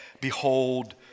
behold